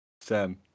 Sam